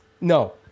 No